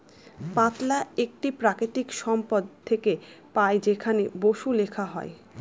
পাতলা একটি প্রাকৃতিক সম্পদ থেকে পাই যেখানে বসু লেখা হয়